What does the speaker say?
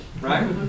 Right